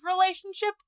relationship